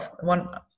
one